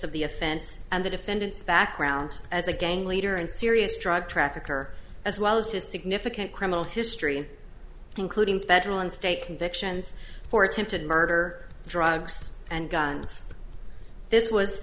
of the offense and the defendant's background as a gang leader and serious drug trafficker as well as his significant criminal history including federal and state convictions for attempted murder drugs and guns this was